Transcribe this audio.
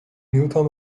newton